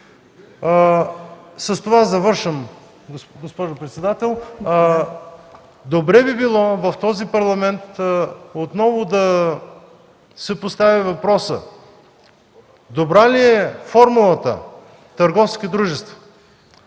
С това завършвам, госпожо председател. Добре би било в този парламент отново да се постави въпросът: добра ли е формулата търговски дружества?